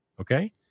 Okay